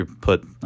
put